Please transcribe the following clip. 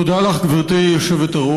תודה לך, גברתי היושבת-ראש.